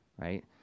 Right